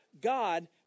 God